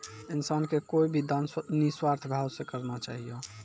इंसान के कोय भी दान निस्वार्थ भाव से करना चाहियो